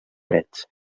drets